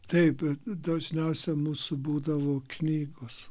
taip dažniausia mūsų būdavo knygos